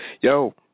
Yo